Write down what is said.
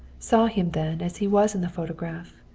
saw him then as he was in the photograph,